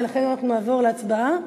ולכן אנחנו נעבור להצבעה.